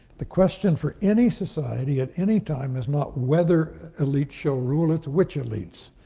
the question for any society at any time is not whether elites show rule, it's which elites.